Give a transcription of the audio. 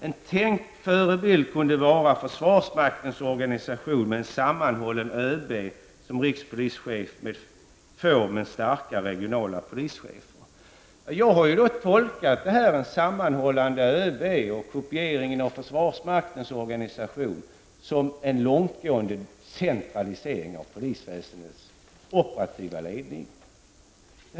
En tänkbar förebild kunde vara försvarsmaktens organisation med en sammanhållande ÖB som rikspolischef med få men starka regionala polischefer.'' Jag har tolkat detta med sammanhållande ÖB och kopiering av försvarsmaktens organisation som en långtgående centralisering av polisväsendets operativa ledning.